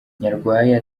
nyarwaya